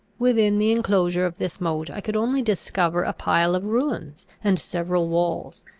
within the enclosure of this moat, i could only discover a pile of ruins, and several walls,